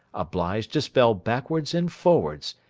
obliged to spell backwards and forwards,